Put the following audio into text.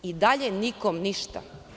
Dalje nikome ništa.